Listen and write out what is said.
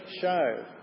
show